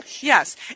Yes